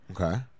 Okay